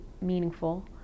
meaningful